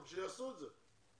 שיעשו את זה.